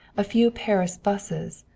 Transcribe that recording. a few paris buses,